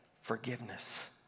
forgiveness